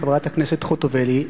חברת הכנסת חוטובלי,